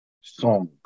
songs